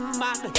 man